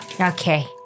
Okay